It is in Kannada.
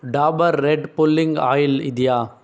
ಡಾಬರ್ ರೆಡ್ ಪುಲ್ಲಿಂಗ್ ಆಯಿಲ್ ಇದೆಯಾ